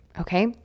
okay